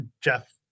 Jeff